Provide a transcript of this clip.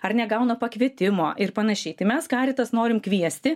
ar negauna pakvietimo ir panašiai tai mes karitas norim kviesti